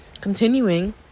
Continuing